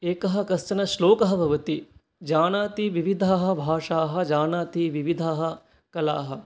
एकः कश्चन श्लोकः भवति जानाति विविधाः भाषाः जानाति विविधाः कलाः